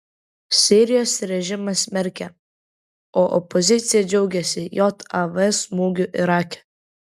sirijos režimas smerkia o opozicija džiaugiasi jav smūgiu irake